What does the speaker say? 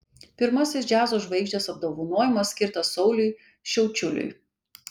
pirmasis džiazo žvaigždės apdovanojimas skirtas sauliui šiaučiuliui